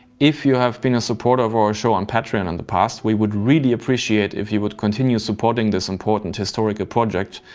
if you have been a supporter of our show on patreon in the past, we would really appreciate if you would continue supporting this important historical project,